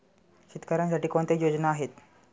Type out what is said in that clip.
शेतकऱ्यांसाठी कोणत्या योजना आहेत?